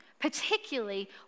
particularly